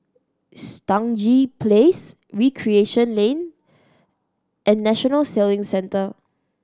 Stangee Place Recreation Lane and National Sailing Centre